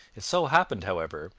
it so happened, however,